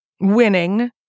winning